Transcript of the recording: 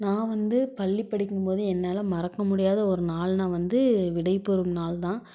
நான் வந்து பள்ளி படிக்கும்போது என்னால் மறக்க முடியாத ஒரு நாள்னால் வந்து விடைபெறும் நாள்தான்